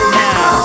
now